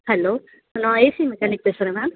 hello நான் AC mechanic பேசுகிறேன் ma'am